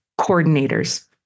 coordinators